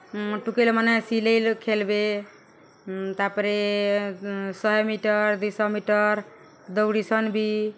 ଟୁକେଲ୍ମାନେ ସିଲେଇଲୁ ଖେଲ୍ବେ ତା'ପରେ ଶହେ ମିଟର୍ ଦୁଇଶହ ମିଟର୍ ଦୌଡ଼ିସନ୍ବି